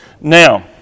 Now